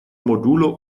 modulo